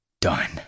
done